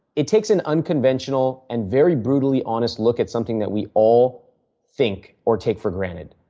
it takes an unconventional and very brutally honest look at something that we all think or take for granted.